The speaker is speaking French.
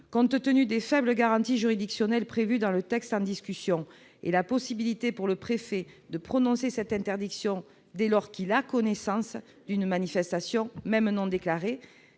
Compte tenu des faibles garanties juridictionnelles prévues dans le texte et de la possibilité, pour le préfet, de prononcer cette interdiction dès lors qu'il « a connaissance » d'une manifestation, même non déclarée,